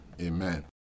Amen